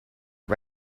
are